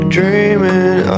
Dreaming